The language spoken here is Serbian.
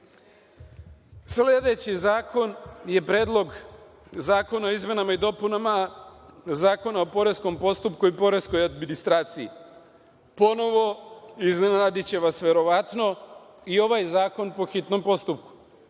Srbije. Sledeći zakon je Predlog zakona o izmenama i dopunama Zakona o poreskom postupku i poreskoj administraciji. Ponovo, iznenadiće vas verovatano, i ovaj zakon je po hitnom postupku.